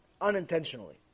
unintentionally